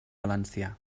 valencià